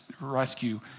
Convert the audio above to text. rescue